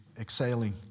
exhaling